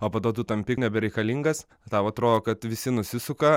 o po to tu tampi nebereikalingas tau atrodo kad visi nusisuka